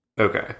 Okay